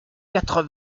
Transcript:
quatre